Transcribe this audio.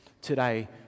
today